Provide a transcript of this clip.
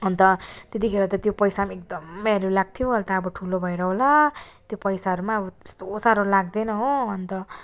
अन्त त्यतिखेर त्यो पैसा पनि एकदम भेल्यु लाग्थ्यो अहिले अब ठुलो भएर होला त्यो पैसाहरूमा अब त्यस्तो साह्रो लाग्दैन हो अन्त